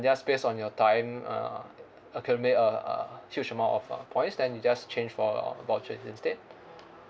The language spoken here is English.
just based on your time uh accumulate a a huge amount of uh points then you just change for vouchers instead